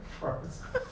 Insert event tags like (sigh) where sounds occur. (laughs) fross~ (laughs)